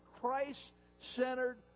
Christ-centered